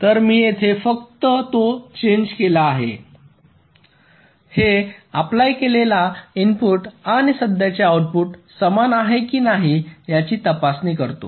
तर मी येथे फक्त तो चेंज केला आहे हे अप्लाय केलेला इनपुट आणि सध्याचे आउटपुट समान आहे की नाही याची तपासणी करतो